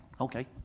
Okay